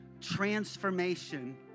transformation